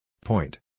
Point